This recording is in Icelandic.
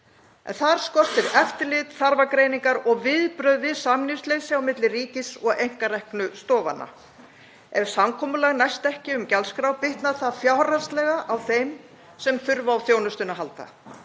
þar skortir eftirlit, þarfagreiningar og viðbrögð við samningsleysi milli ríkis og einkareknu stofanna. Ef samkomulag næst ekki um gjaldskrá bitnar það fjárhagslega á þeim sem þurfa á þjónustunni að halda.